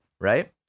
Right